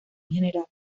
general